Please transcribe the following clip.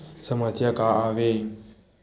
समस्या का आवे?